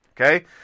okay